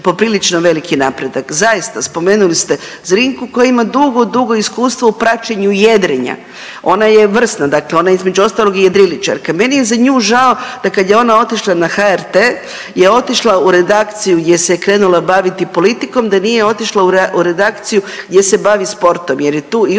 poprilično veliki napredak. Zaista spomenuli ste Zrinku koja ima dugo, dugo iskustvo u praćenju jedrenja, ona je vrsna, ona je između ostalog i jedriličarka. Meni je za nju žao da kad je ona otišla na HRT je otišla u redakciju gdje se je krenula baviti politikom, da nije otišla u redakciju gdje se bavi sportom jer je tu i